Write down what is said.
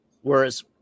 Whereas